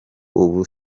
ubu